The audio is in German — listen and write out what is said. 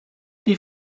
die